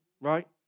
right